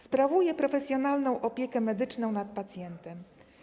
Sprawuje profesjonalną opiekę medyczną nad pacjentem.